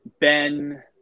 Ben